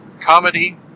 Comedy